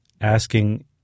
Asking